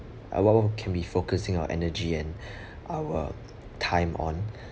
wh~ we can be focusing our energy and our time on